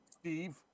Steve